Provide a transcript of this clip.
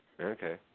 Okay